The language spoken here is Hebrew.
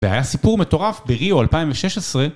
והיה סיפור מטורף בריאו 2016